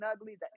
ugly